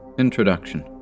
Introduction